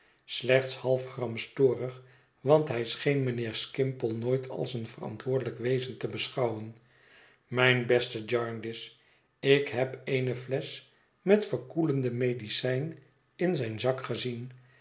slechts half gramstorig want hij scheen mijnheer skimpole nooit als een verantwoordelijk wezen te beschouwen mijn beste jarndyce ik heb eene flesch met verkoelende medicijn in zijn zak gezien